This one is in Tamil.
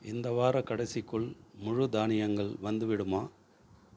இந்த வாரக் கடைசிக்குள் முழு தானியங்கள் வந்துவிடுமா